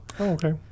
okay